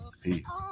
peace